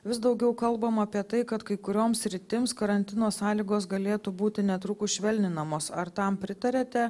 vis daugiau kalbama apie tai kad kai kurioms sritims karantino sąlygos galėtų būti netrukus švelninamos ar tam pritariate